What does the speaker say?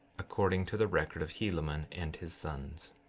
according to the record of helaman and his sons.